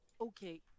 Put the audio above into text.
okay